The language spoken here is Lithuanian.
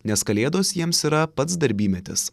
nes kalėdos jiems yra pats darbymetis